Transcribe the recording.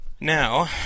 Now